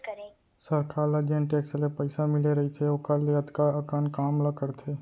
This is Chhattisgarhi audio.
सरकार ल जेन टेक्स ले पइसा मिले रइथे ओकर ले अतका अकन काम ला करथे